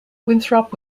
winthrop